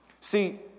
See